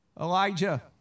Elijah